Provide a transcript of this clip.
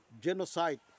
genocide